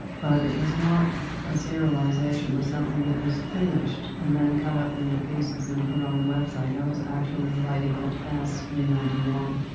but it was not a serialization of something that was finished, and then cut up into pieces and put on the website. and i was writing it as we went along.